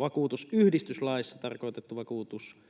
vakuutusyhdistyslaissa tarkoitettu vakuutusomistusyhteisö